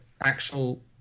actual